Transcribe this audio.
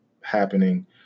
happening